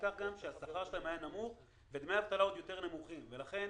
הפתרון